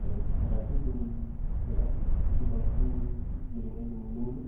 आरो काराते फोरनि खेला बेफोरखौसो बांसिन जों गेलेनाय नुनो मोनो